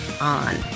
on